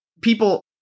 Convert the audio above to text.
people